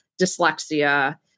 dyslexia